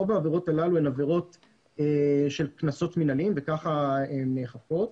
רוב העבירות הללו הן עבירות של קנסות מינהליים וכך הן נאכפות.